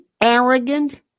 arrogant